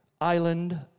island